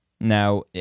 now